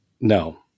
No